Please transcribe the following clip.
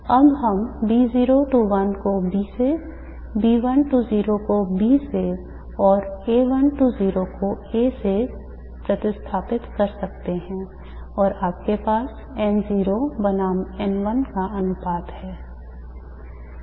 अब हम को B से को B से और को A से प्रतिस्थापित कर सकते हैं और आपके पास N0 बनाम N1 का अनुपात है